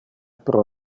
pro